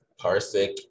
Parsec